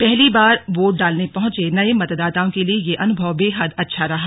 पहली बार वोट डालने पहुंचे नये मतदाताओं के लिए यह अनुभव बेहद अच्छा रहा